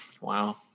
Wow